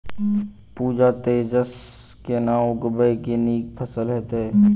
पूसा तेजस केना उगैबे की नीक फसल हेतइ?